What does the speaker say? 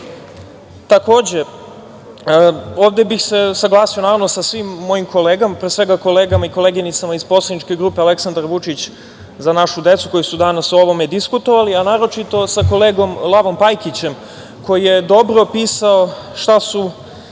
građene. Takođe, ovde bih se saglasio sa svim mojim kolegama, pre svega kolegama i koleginicama iz poslaničke grupe Aleksandar Vučić – Za našu decu, koji su danas o ovome diskutovali, a naročito sa kolegom Lavom Pajkićem, koji je dobro pisao šta su